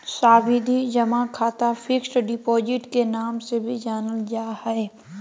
सावधि जमा खाता फिक्स्ड डिपॉजिट के नाम से भी जानल जा हय